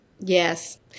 Yes